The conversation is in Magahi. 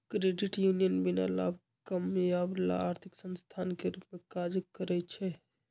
क्रेडिट यूनियन बीना लाभ कमायब ला आर्थिक संस्थान के रूप में काज़ करइ छै